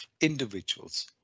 individuals